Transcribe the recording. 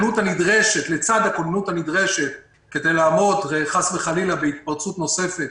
שלצד הכוננות הנדרשת כדי לעמוד חס וחלילה בהתפרצות נוספת